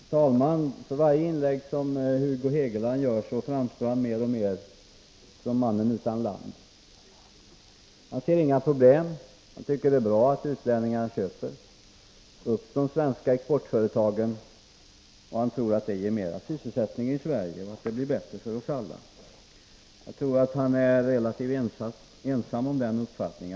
Herr talman! För varje inlägg som Hugo Hegeland gör framstår han mer och mer som mannen utan land. Han ser inga problem. Han tycker att det är bra att utlänningar köper upp de svenska exportföretagen. Han tror att det ger mera sysselsättning i Sverige och att det blir bättre för oss alla. Jag tror att han är relativt ensam om den uppfattningen.